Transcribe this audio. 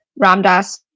Ramdas